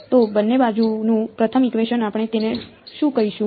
તો બંને બાજુનું પ્રથમ ઇકવેશન આપણે તેને શું કહીશું